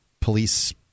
police